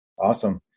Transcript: Awesome